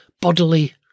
bodily